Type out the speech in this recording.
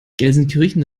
gelsenkirchen